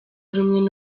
rumwe